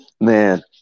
man